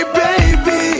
baby